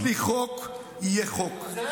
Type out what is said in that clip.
אצלי, חוק יהיה חוק.